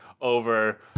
over